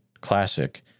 classic